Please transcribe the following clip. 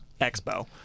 expo